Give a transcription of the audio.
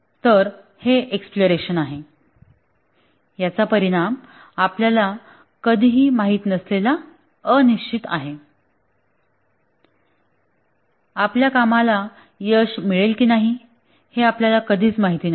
तर हे एक्सप्लोरेशन आहे याचा परिणाम आपल्याला कधीही माहित नसलेला अनिश्चित आहे आपल्या कामाला यश मिळेल की नाही हे आपल्याला कधीच माहिती नसते